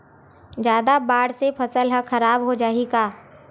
जादा बाढ़ से फसल ह खराब हो जाहि का?